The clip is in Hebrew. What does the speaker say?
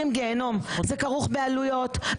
ומ-26 קורבנות היינו יורדים לשניים,